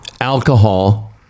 alcohol